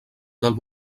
del